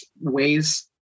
ways